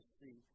see